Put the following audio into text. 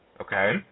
Okay